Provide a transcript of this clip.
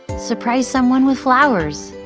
surprise someone with flowers.